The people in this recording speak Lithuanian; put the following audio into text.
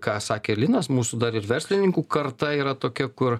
ką sakė linas mūsų dar ir verslininkų karta yra tokia kur